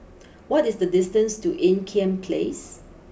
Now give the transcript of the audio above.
what is the distance to Ean Kiam place